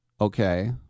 Okay